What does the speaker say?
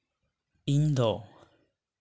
ᱤᱧ ᱫᱚ